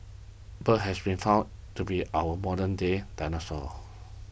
birds has been found to be our modernday dinosaurs